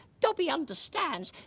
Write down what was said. dobby understands.